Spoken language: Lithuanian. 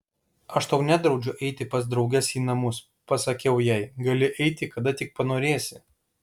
aš tau nedraudžiu eiti pas drauges į namus pasakiau jai gali eiti kada tik panorėsi